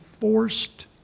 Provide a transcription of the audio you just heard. forced